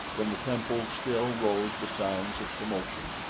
from the temple still rose the sounds of commotion,